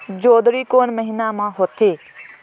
जोंदरी कोन महीना म होथे?